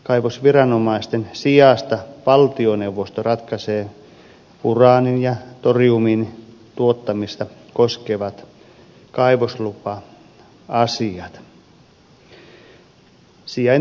kaivosviranomaisten sijasta valtioneuvosto ratkaisee uraanin ja toriumin tuottamista koskevat kaivoslupa asiat